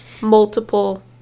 multiple